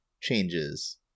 changes